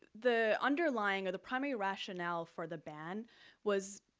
the the underlying or the primary rationale for the ban was,